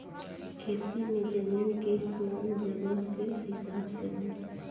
खेती मे जमीन के इस्तमाल जगह के हिसाब से होला